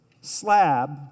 slab